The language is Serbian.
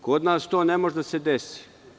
Kod nas to ne može da se desi.